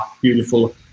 beautiful